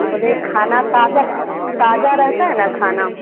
बोले खाना ताजा ताज़ा रहता है न खाना